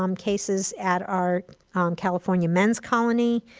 um cases at our california men's colony,